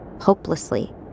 hopelessly